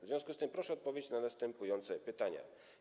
W związku z tym proszę o odpowiedź na następujące pytania.